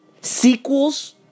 sequels